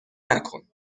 مکن